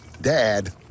Dad